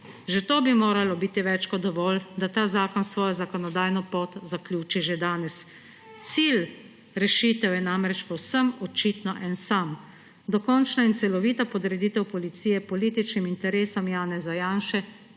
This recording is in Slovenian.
Že to bi moralo biti več kot dovolj, da ta zakon svojo zakonodajno pot zaključi že danes. Cilj rešitev je namreč povsem očitno en sam: dokončna in celovita podreditev policije političnim interesom Janeza Janše